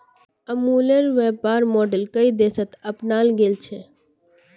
अमूलेर व्यापर मॉडल कई देशत अपनाल गेल छ